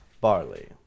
barley